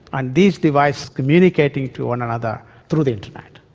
and these devices communicating to one another through the internet.